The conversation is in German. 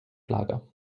lager